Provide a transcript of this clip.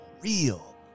real